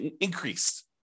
increased